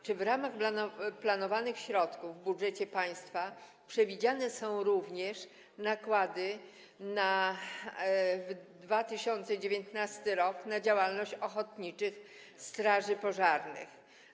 Czy w ramach środków planowanych w budżecie państwa przewidziane są również nakłady na 2019 r. na działalność ochotniczych straży pożarnych?